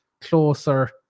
closer